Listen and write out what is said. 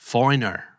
Foreigner